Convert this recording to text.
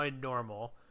normal